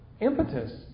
impetus